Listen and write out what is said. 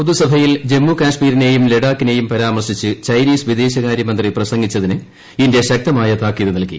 പൊതുസഭയിൽ ജ്മ്മുകാശ്മീരിനേയും ലഡാക്കിനേയും പരാ മർശിച്ച് ചൈനീസ് വിദ്ദേശകാര്യ മന്ത്രി പ്രസംഗിച്ചതിന് ഇന്ത്യ ശക്തമായ താക്കീത് നൽകി